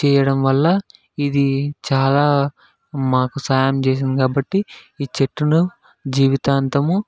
ఇది చాలా మాకు సాయం చేసింది కాబట్టి ఈ చెట్టును జీవితాంతమూ